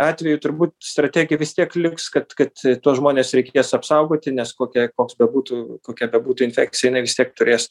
atveju turbūt strategija vis tiek liks kad kad tuos žmones reikės apsaugoti nes kokia koks bebūtų kokia bebūtų infekcija jinai vis tiek turės